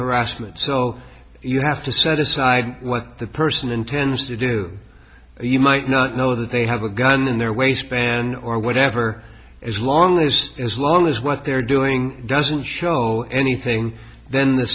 harassment so you have to set aside what the person intends to do so you might not know that they have a gun in their way span or whatever as long as as long as what they're doing doesn't show anything then the